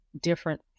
different